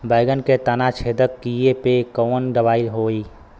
बैगन के तना छेदक कियेपे कवन दवाई होई?